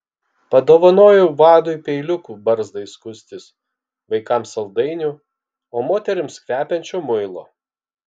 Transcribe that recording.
padovanojau vadui peiliukų barzdai skustis vaikams saldainių o moterims kvepiančio muilo